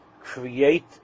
create